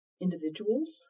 individuals